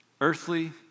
earthly